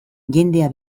jendea